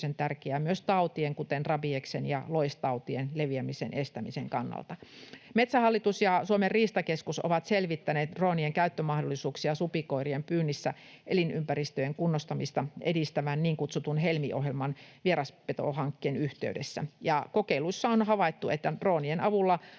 myös tautien, kuten rabieksen ja loistautien, leviämisen estämisen kannalta. Metsähallitus ja Suomen riistakeskus ovat selvittäneet droonien käyttömahdollisuuksia supikoirien pyynnissä elinympäristöjen kunnostamista edistävän niin kutsutun Helmi-ohjelman vieraspetohankkeen yhteydessä. Kokeilussa on havaittu, että droonien avulla